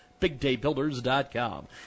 BigDayBuilders.com